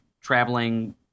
traveling